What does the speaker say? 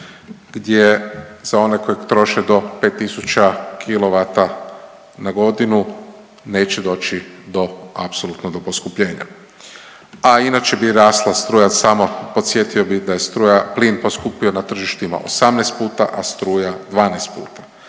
gdje za one koji troše do 5.000 kW na godinu neće doći apsolutno do poskupljenja, a inače bi rasla struja samo podsjetio bih da je plin poskupio na tržištima 18 puta, a struja 12 puta.